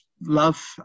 love